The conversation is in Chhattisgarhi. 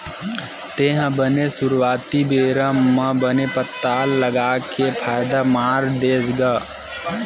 तेहा बने सुरुवाती बेरा म बने पताल लगा के फायदा मार देस गा?